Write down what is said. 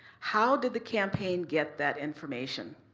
how did the campaign get that information?